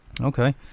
okay